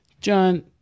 John